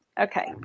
okay